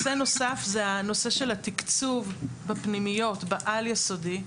נוסף הנושא של התקצוב בפנימיות בעל יסודי,